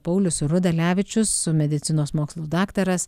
paulius rudalevičius medicinos mokslų daktaras